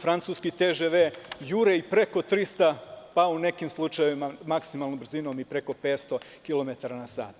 Francuski TŽV, jure i preko 300, pa u nekim slučajevima maksimalnom brzinom i preko 500 km na sat.